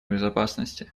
безопасности